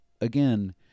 again